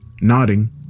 Nodding